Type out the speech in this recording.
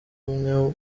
umwe